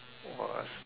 !wah!